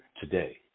today